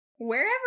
Wherever